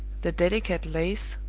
the delicate lace,